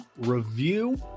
review